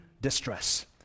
distress